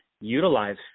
utilize